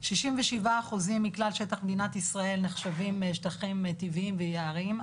שישים ושבעה אחוזים מכלל שטח מדינת ישראל נחשבים שטחים טבעיים ויערים,